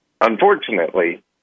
Unfortunately